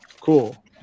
Cool